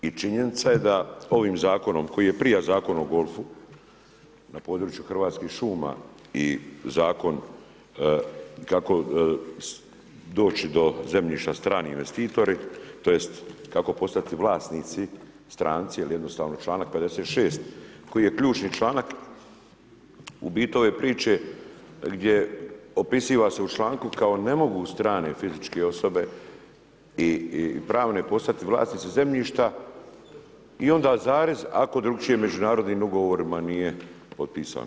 I činjenica je da ovim zakonom koji je … Zakon o golfu na području Hrvatskih šuma i zakon kako doći do zemljišta strani investitori, tj., kako postati vlasnici, stranci jer jednostavno članak 56. koji je ključni članak, u biti ove priče gdje opisuje se u članku kao ne mogu strane fizičke osobe i pravne postati vlasnici zemljišta i onda zarez, ako drukčije međunarodnim ugovorima nije potpisano.